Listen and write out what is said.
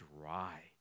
dry